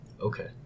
Okay